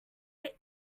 must